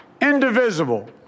indivisible